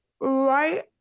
right